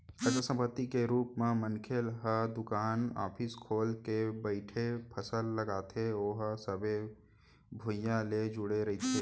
अचल संपत्ति के रुप म मनखे ह दुकान, ऑफिस खोल के बइठथे, फसल लगाथे ओहा सबे भुइयाँ ले जुड़े रहिथे